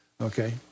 Okay